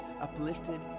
uplifted